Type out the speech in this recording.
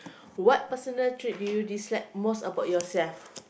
what personal traits do you dislike most about yourself